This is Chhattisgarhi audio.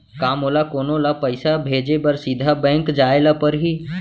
का मोला कोनो ल पइसा भेजे बर सीधा बैंक जाय ला परही?